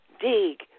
Dig